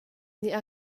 nih